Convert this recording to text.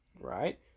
right